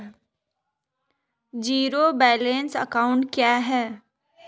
Zero balance account क्या है?